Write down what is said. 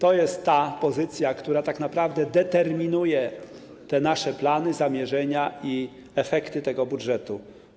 To jest ta pozycja, która tak naprawdę determinuje te nasze plany, zamierzenia i efekty tego budżetu.